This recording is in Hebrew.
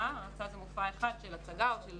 הרצה זה מופע אחד של הצגה או של